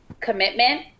Commitment